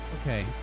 Okay